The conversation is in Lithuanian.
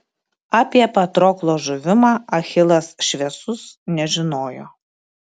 apie patroklo žuvimą achilas šviesus nežinojo